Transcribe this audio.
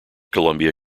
columbia